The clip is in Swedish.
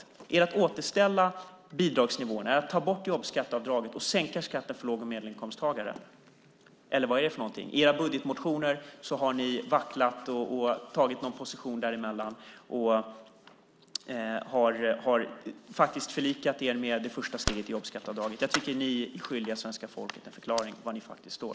Är det att återställa bidragsnivåerna, ta bort jobbskatteavdraget och höja skatten för låg och medelinkomsttagare, eller vad är det? I era budgetmotioner har ni vacklat och intagit en position däremellan, och ni har faktiskt förlikat er med det första steget i jobbskatteavdraget. Jag tycker att ni är skyldiga svenska folket en förklaring till var ni faktiskt står.